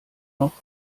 noch